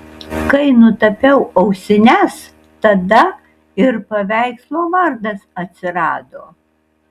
kai nutapiau ausines tada ir paveikslo vardas atsirado